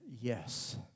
yes